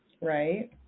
right